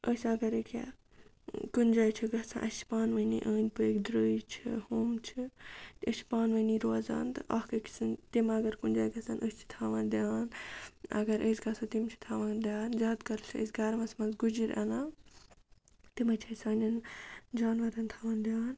أسۍ اگرَے کینٛہہ کُنہِ جایہِ چھِ گژھان اَسہِ چھِ پانہٕ ؤنی أنٛدۍ پٔکۍ دٔرٛے چھِ ہُم چھِ أسۍ چھِ پانہٕ ؤنی روزان تہٕ اَکھ أکۍ سٕنٛدۍ تِم اگر کُنہِ جاے گژھن أسۍ چھِ تھَوان دھیان اگر أسۍ گژھو تِم چھِ تھَوان دھیان زیادٕ تَر چھِ أسۍ گرمَس منٛز گُجِرۍ اَنان تِمَے چھِ سانٮ۪ن جانوَرَن تھَوان دھیان